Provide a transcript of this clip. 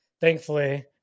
thankfully